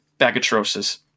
Bagatrosis